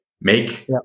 Make